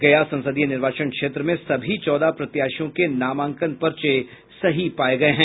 गया संसदीय निर्वाचन क्षेत्र में सभी चौदह प्रत्याशियों के नामांकन पर्चे सही पाये गये हैं